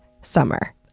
Summer